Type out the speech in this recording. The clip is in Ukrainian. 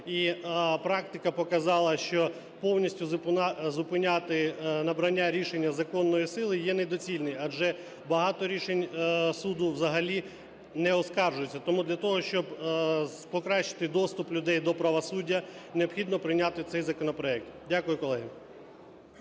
І практика показала, що повністю зупиняти набрання рішення законної сили є недоцільно, адже багато рішень суду взагалі не оскаржуються. Тому для того, щоб покращити доступ людей до правосуддя, необхідно прийняти цей законопроект. Дякую, колеги.